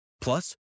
Plus